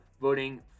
voting